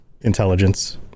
intelligence